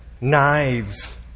knives